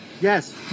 Yes